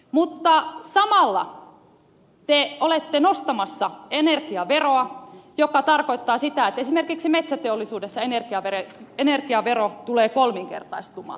mutta samalla te olette nostamassa energiaveroa mikä tarkoittaa sitä että esimerkiksi metsäteollisuudessa energiavero tulee kolminkertaistumaan